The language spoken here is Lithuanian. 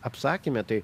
apsakyme tai